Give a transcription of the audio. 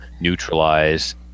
neutralize